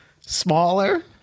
smaller